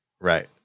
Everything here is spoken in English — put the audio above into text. Right